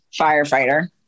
firefighter